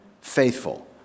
faithful